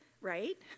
right